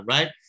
Right